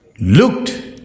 looked